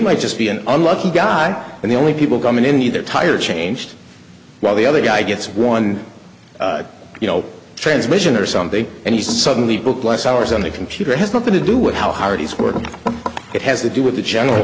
might just be an unlucky guy and the only people coming in either tire changed while the other guy gets one you know transmission or something and he's suddenly booked less hours on the computer has nothing to do with how hard he's working it has to do with the general